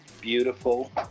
beautiful